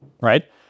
right